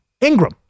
Ingram